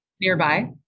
nearby